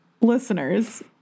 listeners